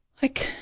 like,